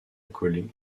accolé